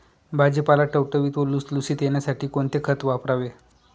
भाजीपाला टवटवीत व लुसलुशीत येण्यासाठी कोणते खत वापरावे?